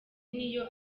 n’iyo